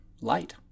light